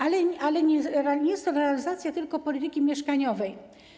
Ale nie jest to realizacja tylko polityki mieszkaniowej.